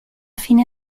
fine